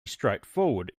straightforward